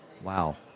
Wow